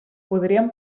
podríem